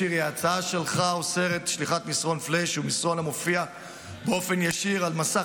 שלך אוסרת שליחת מסרון פלאש או מסרון המופיע באופן ישיר על מסך